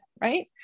right